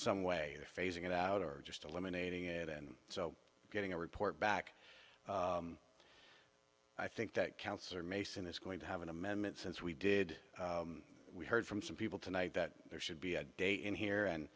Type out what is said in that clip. some way phasing it out or just eliminating it and so getting a report back i think that counts or mason is going to have an amendment since we did we heard from some people tonight that there should be a day in here and